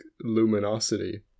luminosity